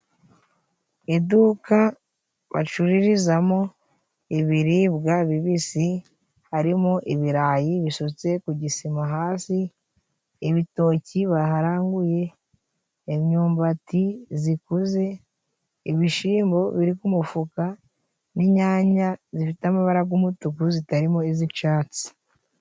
Iduka bacururirizamo ibiribwa bibisi harimo: ibirayi bisutse ku gisima hasi, ibitoki baharanguye, imyumbati zikuze, ibishimbo biri ku mufuka, n'inyanya zifite amaba g'umutugu zitarimo iz'icatsi.